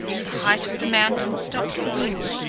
the height of the mountain stops the wind,